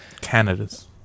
Canada's